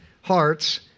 hearts